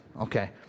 Okay